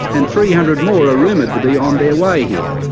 and three hundred more are rumoured to be on their way here.